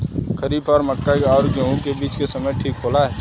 खरीफ और मक्का और गेंहू के बीच के समय खेती ठीक होला?